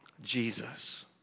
Jesus